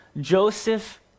Joseph